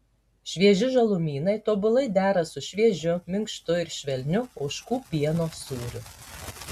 švieži žalumynai tobulai dera su šviežiu minkštu ir švelniu ožkų pieno sūriu